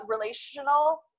relational